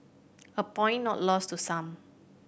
a point not lost to some